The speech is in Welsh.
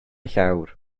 llawr